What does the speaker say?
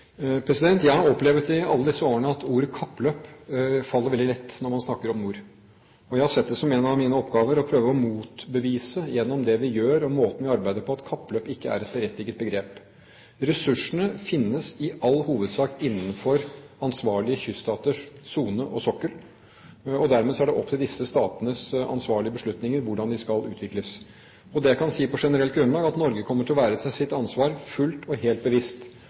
Jeg har i alle disse årene opplevd at ordet «kappløp» faller veldig lett når man snakker om nord, og jeg har sett det som en av mine oppgaver å prøve å motbevise, gjennom det vi gjør, og måten vi arbeider på, at kappløp er et berettiget begrep. Ressursene finnes i all hovedsak innenfor ansvarlige kyststaters sone og sokkel, og dermed er det opp til disse statene å ta ansvarlige beslutninger om hvordan de skal utvikles. Det jeg kan si på generelt grunnlag, er at Norge fullt og helt kommer til å være seg sitt ansvar